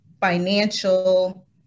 financial